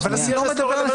אבל ה-CRS לא רלוונטי.